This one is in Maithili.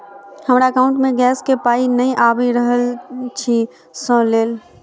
हमरा एकाउंट मे गैस केँ पाई नै आबि रहल छी सँ लेल?